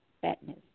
fatness